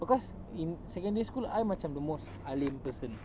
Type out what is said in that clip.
because in secondary school I macam the most alim person